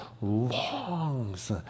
longs